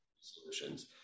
solutions